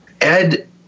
Ed